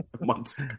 Months